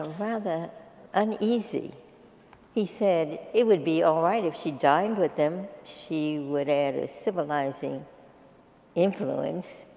rather uneasy he said it would be alright if she dined with them, she would add a civilizing influence,